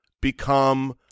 become